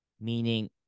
meaning